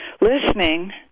listening